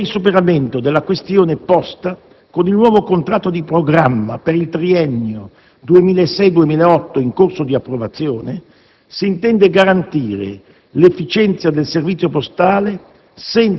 Per il superamento della questione posta, con il nuovo contratto di programma per il triennio 2006-2008, in corso di approvazione, si intende garantire l'efficienza del servizio postale